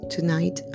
Tonight